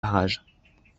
barrage